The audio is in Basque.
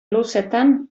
luzetan